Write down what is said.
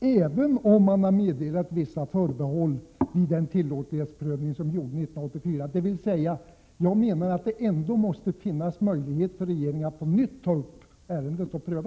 även om man i detta fall har meddelat vissa förbehåll i den tillåtlighetsprövning som gjordes 1984? Det måste enligt min mening finnas möjlighet för regeringen att på nytt pröva ärendet.